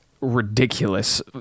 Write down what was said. ridiculous